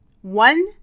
One